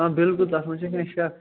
آ بِلکُل تَتھ منٛز چھا کیٚنٛہہ شَکھ